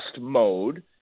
mode